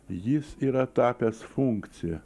jis yra tapęs funkcija